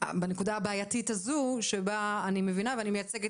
הבעייתית הזו שבה אני מבינה ואני מייצגת